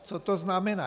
Co to znamená?